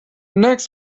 next